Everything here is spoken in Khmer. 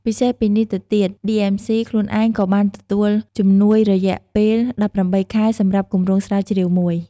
ពិសេសពីនេះទៅទៀត ឌីអឹមស៊ី (DMC) ខ្លួនឯងក៏បានទទួល ជំនួយរយៈពេល ១៨ ខែ សម្រាប់គម្រោងស្រាវជ្រាវមួយ។